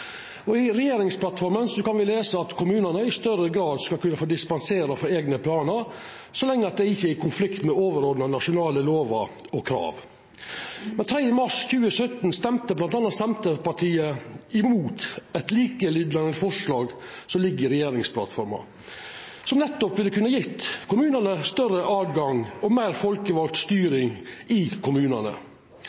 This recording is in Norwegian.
arealplanar. I regjeringsplattforma kan me lesa at kommunane i større grad skal kunna få dispensera frå eigne planar, så lenge det ikkje er i konflikt med overordna nasjonale lovar og krav. Den 3. mars 2017 stemte bl.a. Senterpartiet imot eit forslag som var likelydande med eit forslag som ligg i regjeringsplattforma. Det ville nettopp kunne gjeve kommunane større tilgang og meir folkevald styring i kommunane.